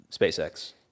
SpaceX